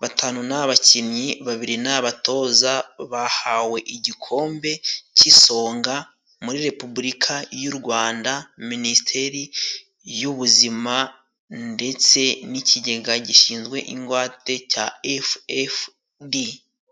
batanu ni abakinnyi, babiri ni abatoza bahawe igikombe cy'isonga muri Repubulika y'u Rwanda, minisiteri y'ubuzima ndetse n' ikigega gishinzwe ingwate cya efu efu di.